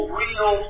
real